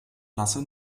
lasse